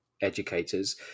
educators